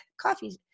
coffee